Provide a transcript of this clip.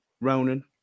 Ronan